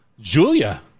Julia